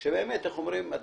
שאומרים,